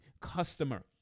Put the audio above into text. customer